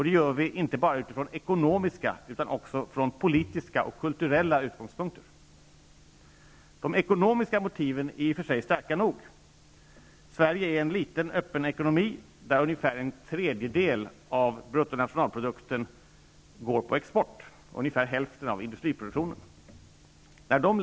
Det gör vi inte bara utifrån ekonomiska utan också från politiska och kulturella utgångspunkter. De ekonomiska motiven är i och för sig starka nog. Sverige är en liten öppen ekonomi där ungefär en tredjedel av bruttonationalprodukten och ungefär hälften av industriproduktionen går på export.